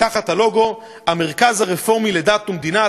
עם הלוגו "המרכז הרפורמי לדת ומדינה,